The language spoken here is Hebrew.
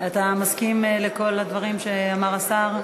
אתה מסכים לכל הדברים שאמר השר?